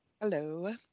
Hello